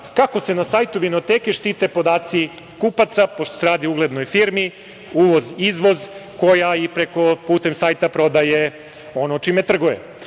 kako se na sajtu vinoteke štite podaci kupaca, pošto se radi o uglednoj firmi, uvoz-izvoz koja i putem sajta prodaje ono čime trguje.